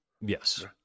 Yes